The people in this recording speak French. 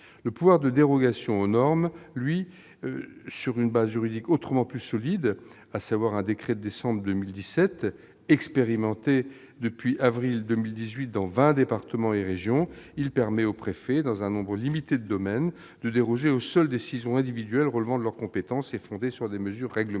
Le pouvoir de dérogation aux normes s'appuie, quant à lui, sur une base juridique autrement plus solide : un décret de décembre 2017. Expérimenté depuis le mois d'avril 2018 dans vingt départements et régions, il permet aux préfets, dans un nombre limité de domaines, de déroger aux seules décisions individuelles relevant de leur compétence et fondées sur des mesures réglementaires.